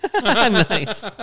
Nice